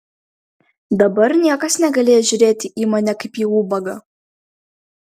dabar niekas negalės žiūrėti į mane kaip į ubagą